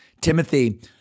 Timothy